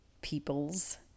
peoples